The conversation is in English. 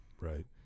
right